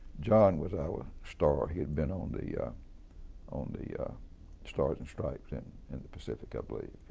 john was our star. he had been on the yeah on the stars and stripes and and the pacific, i believe.